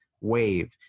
wave